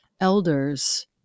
Elders